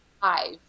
five